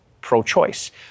pro-choice